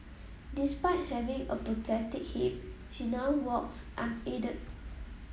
despite having a prosthetic hip she now walks unaided